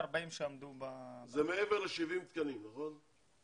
זה מעבר ל-70 התקנים, נכון?